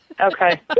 okay